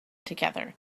together